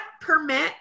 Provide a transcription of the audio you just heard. permit